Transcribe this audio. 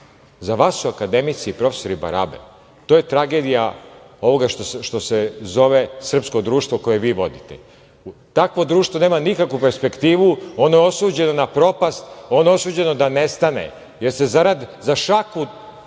Za vas su akademici i profesori barabe. To je tragedija ovoga što se zove srpsko društvo koje vi vodite. Takvo društvo nema nikakvu perspektivu. Ono je osuđeno na propast, ono je osuđeno da nestane, jer ste za šaku